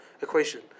equation